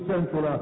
Central